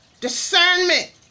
discernment